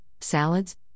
salads